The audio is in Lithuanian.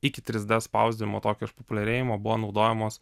iki trys d spausdinimo tokio išpopuliarėjimo buvo naudojamos